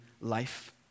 life